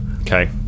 Okay